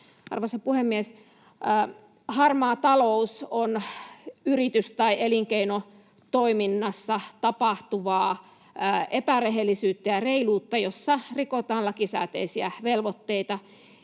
Arvoisa puhemies! Harmaa talous on yritys‑ tai elinkeinotoiminnassa tapahtuvaa epärehellisyyttä ja ‑reiluutta, jolloin rikotaan lakisääteisiä velvoitteita